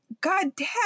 goddamn